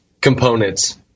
components